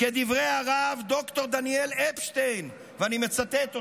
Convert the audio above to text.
כדברי הרב ד"ר דניאל אפשטיין, ואני מצטט אותו,